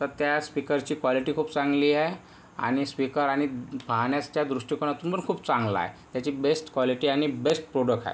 तर त्या स्पीकरची क्वालिटी खूप चांगली आहे आणि स्पीकर आणि फान्यासच्या दृष्टीकोनातून पण खूप चांगला आहे त्याची बेस्ट क्वालिटी आनि बेस्ट प्रोडक आहे